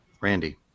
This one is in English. Randy